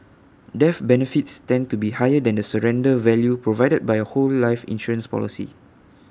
death benefits tend to be higher than the surrender value provided by A whole life insurance policy